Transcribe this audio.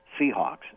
Seahawks